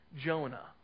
Jonah